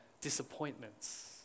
disappointments